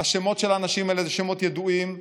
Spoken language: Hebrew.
השמות של האנשים האלה הם שמות ידועים.